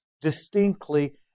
distinctly